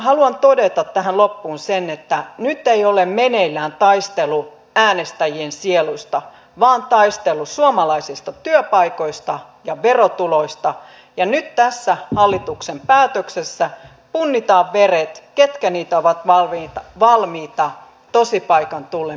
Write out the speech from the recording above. haluan todeta tähän loppuun sen että nyt ei ole meneillään taistelu äänestäjien sieluista vaan taistelu suomalaisista työpaikoista ja verotuloista ja nyt tässä hallituksen päätöksessä punnitaan veret ketkä niitä ovat valmiita tosipaikan tullen puolustamaan